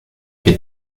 que